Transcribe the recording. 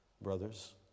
brothers